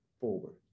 forward